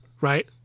right